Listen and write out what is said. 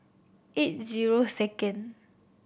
eight zero second